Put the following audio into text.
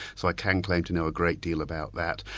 so i can claim to know a great deal about that.